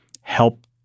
help